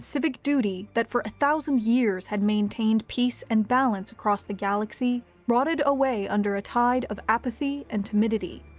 civic duty that for a thousand years had maintained peace and balance across the galaxy rotted away under a tide of apathy and timidity.